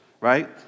right